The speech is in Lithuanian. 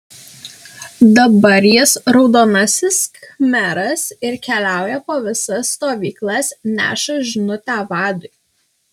dabar jis raudonasis khmeras ir keliauja po visas stovyklas neša žinutę vadui